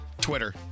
Twitter